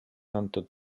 antud